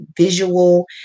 visual